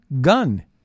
gun